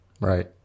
Right